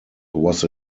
was